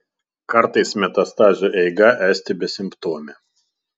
kartais metastazių eiga esti besimptomė